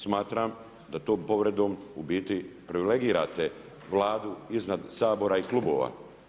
Smatram da tom povredom u biti privilegirate Vladu iznad Sabora i klubova.